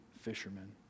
fishermen